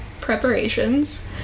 preparations